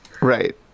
Right